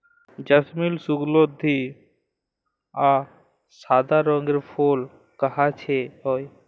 জেসমিল সুগলধি অ সাদা রঙের ফুল গাহাছে হয়